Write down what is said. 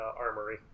Armory